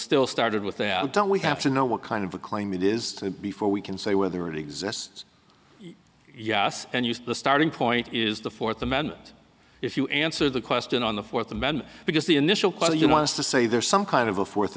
still started with a i don't we have to know what kind of a claim it is and before we can say whether it exists yes and used the starting point is the fourth amendment if you answer the question on the fourth amendment because the initial call you want to say there's some kind of a fourth